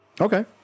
Okay